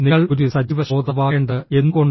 നിങ്ങൾ ഒരു സജീവ ശ്രോതാവാകേണ്ടത് എന്തുകൊണ്ട്